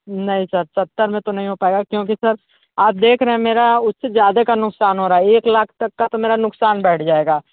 नहीं सर सत्तर में तो नहीं हो पायेगा क्योंकि सर आप देख रहे हैं मेरा उससे ज़्यादा का नुकसान हो रहा है एक लाख तक का तो मेरा नुकसान बैठ जायेगा